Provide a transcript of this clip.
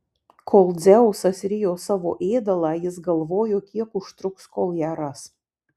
kol dzeusas rijo savo ėdalą jis galvojo kiek užtruks kol ją ras